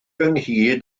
ynghyd